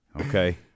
Okay